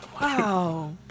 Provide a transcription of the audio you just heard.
Wow